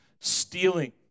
stealing